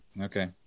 Okay